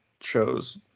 shows